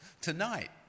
Tonight